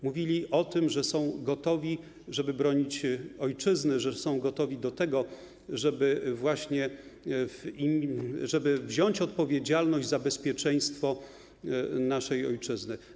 Mówili o tym, że są gotowi, żeby bronić ojczyzny, że są gotowi do tego, właśnie żeby wziąć odpowiedzialność za bezpieczeństwo naszej ojczyzny.